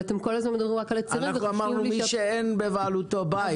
אנחנו אמרנו מי שאין בבעלותו בית.